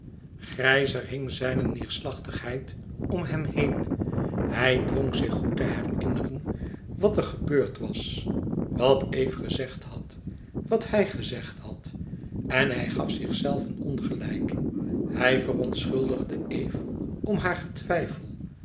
grijzer hing zijne neêrslachtigheid om hem heen hij dwong zich goed te herinneren wat er gebeurd was wat eve gezegd had wat hij gezegd had en hij gaf zichzelven ongelijk hij verontschuldigde eve om haar getwijfel